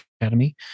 Academy